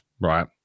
right